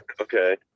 okay